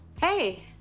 Hey